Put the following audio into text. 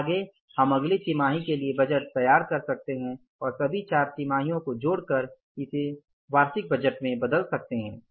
अब आगे हम अगली तिमाही के लिए बजट तैयार कर सकते हैं और सभी चार तिमाहियों को जोडकर इसे सकते वार्षिक बजट में बदल सकते हैं